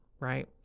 right